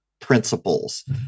principles